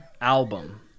album